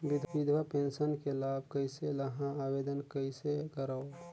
विधवा पेंशन के लाभ कइसे लहां? आवेदन कइसे करव?